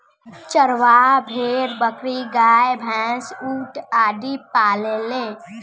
चरवाह भेड़, बकरी, गाय, भैन्स, ऊंट आदि पालेले